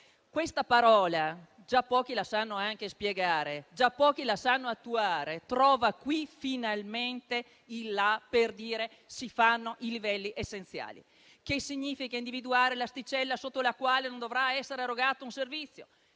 Questa parola, che pochi sanno spiegare e pochi sanno attuare, trova qui finalmente il la per dire che si fanno i livelli essenziali. Ciò significa individuare l'asticella sotto la quale non dovrà essere erogato un servizio;